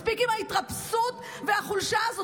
מספיק עם ההתרפסות והחולשה האלה.